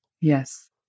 yes